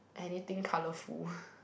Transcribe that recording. anything colourful